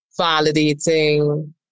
validating